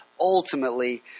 ultimately